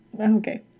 Okay